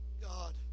God